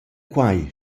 quai